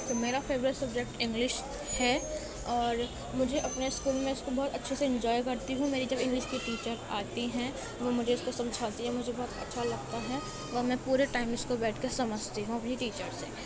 تو میرا favourite subject English ہے اور مجھے اپنے اسکول میں اِس کو بہت اچھے سے انجوائے کرتی ہوں میری جب انگلش کی ٹیچر آتی ہیں وہ مجھے اِس کو سمجھاتی ہیں مجھے بہت اچھا لگتا ہے اور میں پورے ٹائم اِس کو بیٹھ کے سمجھتی ہوں اپنی ٹیچر سے